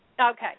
Okay